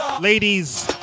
ladies